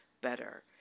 better